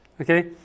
Okay